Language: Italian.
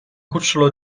cucciolo